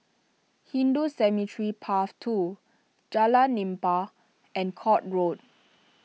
Hindu Cemetery Path two Jalan Nipah and Court Road